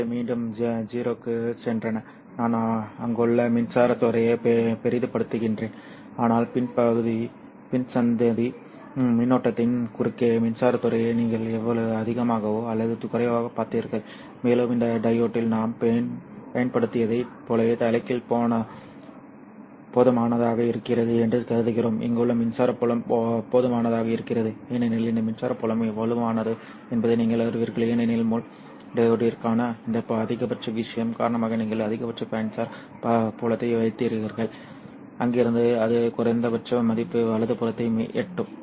அவை மீண்டும் 0 க்குச் சென்றன நான் அங்குள்ள மின்சாரத் துறையை பெரிதுபடுத்துகிறேன் ஆனால் பின் சந்தி மின்னோட்டத்தின் குறுக்கே மின்சாரத் துறையை நீங்கள் எவ்வளவு அதிகமாகவோ அல்லது குறைவாகவோ பார்த்தீர்கள் மேலும் இந்த டையோடில் நாம் பயன்படுத்தியதைப் போலவே தலைகீழ் போதுமானதாக இருக்கிறது என்று கருதுகிறோம் இங்குள்ள மின்சார புலம் போதுமானதாக இருக்கிறது ஏனெனில் இந்த மின்சார புலம் வலுவானது என்பதை நீங்கள் அறிவீர்கள் ஏனெனில் முள் டையோடிற்கான இந்த அதிகபட்ச விஷயம் காரணமாக நீங்கள் அதிகபட்ச மின்சார புலத்தை வைத்திருக்கிறீர்கள் அங்கிருந்து அது குறைந்தபட்ச மதிப்பு வலதுபுறத்தை எட்டும்